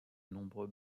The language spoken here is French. nombreux